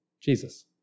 Jesus